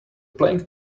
playing